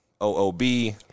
OOB